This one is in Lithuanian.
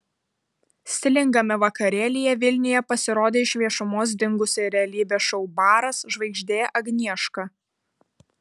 stilingame vakarėlyje vilniuje pasirodė iš viešumos dingusi realybės šou baras žvaigždė agnieška